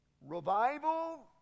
Revival